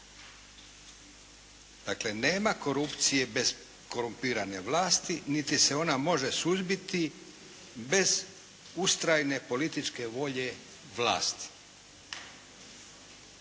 Dakle nema korupcije bez korumpirane vlasti niti se ona može suzbiti bez ustrajne političke volje vlasti.